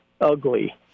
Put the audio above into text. Ugly